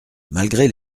malgré